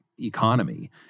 economy